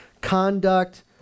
conduct